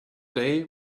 day